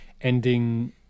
ending